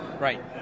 Right